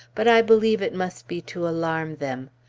but i believe it must be to alarm them.